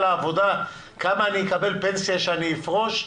העבודה כמה אני אקבל פנסיה כשאני אפרוש?